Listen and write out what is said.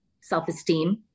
self-esteem